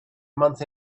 month